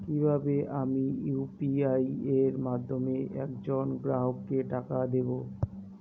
কিভাবে আমি ইউ.পি.আই এর মাধ্যমে এক জন গ্রাহককে টাকা দেবো?